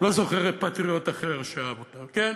שאני לא זוכר פטריוט אחר שאהב אותה כך.